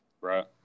Right